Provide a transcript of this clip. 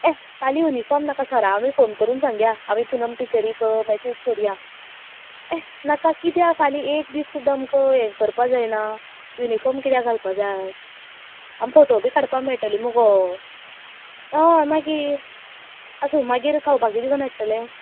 एह फाल्यां यूनिफॉर्म नाका सरा आमी फोन करून सांगयां आमी पूनम टिचरीक मैसेज करयां एह नाका फल्यां एक दीस सुद्दां अमका ये करपा जायना यूनिफॉर्म किदें घालपाक जाय आमी फोटो बी कडपाक मेळटले मगो हय मागीर आसू मागीर खावपाक किदें करून हाडटले